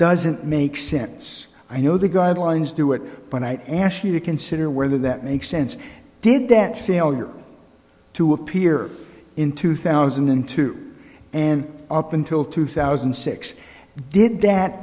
doesn't make sense i know the guidelines do it but i ask you to consider whether that makes sense did that failure to appear in two thousand and two and up until two thousand and six did that